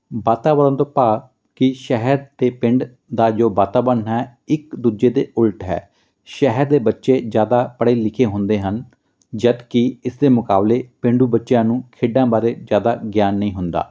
ਵਾਤਾਵਰਣ ਤੋਂ ਭਾਵ ਕਿ ਸ਼ਹਿਰ ਦੇ ਪਿੰਡ ਦਾ ਜੋ ਵਾਤਾਵਰਨ ਹੈ ਇੱਕ ਦੂਜੇ ਦੇ ਉਲਟ ਹੈ ਸ਼ਹਿਰ ਦੇ ਬੱਚੇ ਜ਼ਿਆਦਾ ਪੜ੍ਹੇ ਲਿਖੇ ਹੁੰਦੇ ਹਨ ਜਦੋਂ ਕਿ ਇਸ ਦੇ ਮੁਕਾਬਲੇ ਪੇਂਡੂ ਬੱਚਿਆਂ ਨੂੰ ਖੇਡਾਂ ਬਾਰੇ ਜ਼ਿਆਦਾ ਗਿਆਨ ਨਹੀਂ ਹੁੰਦਾ